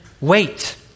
wait